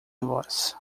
voz